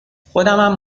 خودمم